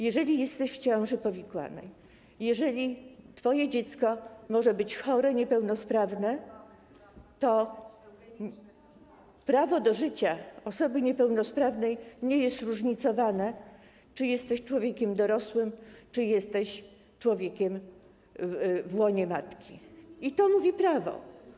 Jeżeli jesteś w ciąży powikłanej, jeżeli twoje dziecko może być chore, niepełnosprawne, prawo do życia osoby niepełnosprawnej nie jest różnicowane, czy jesteś człowiekiem dorosłym, czy jesteś człowiekiem w łonie matki - to mówi prawo.